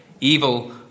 Evil